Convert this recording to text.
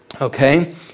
okay